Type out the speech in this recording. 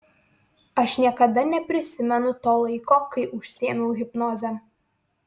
aš niekada neprisimenu to laiko kai užsiėmiau hipnoze